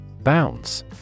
Bounce